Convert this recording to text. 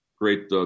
great